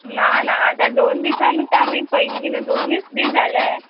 ना ना आतां दोन दिसानूच आमी पयलीं न्हू दोनीच दीस जाल्या